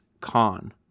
Con